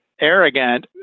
arrogant